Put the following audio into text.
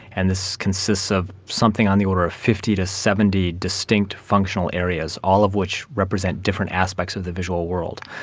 and this consists of something on the order of fifty to seventy distinct functional areas, all of which represent different aspects of the visual world.